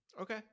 Okay